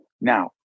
Now